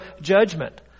judgment